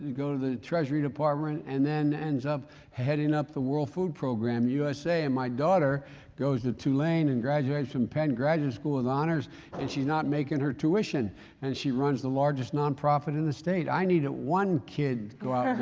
go to the treasury department and then ends up heading up the world food program usa and my daughter goes to tulane and graduates from penn graduate school with honors and she's not making her tuition and she runs the largest non-profit in the state. i needed one kid to go out